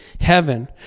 heaven